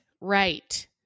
Right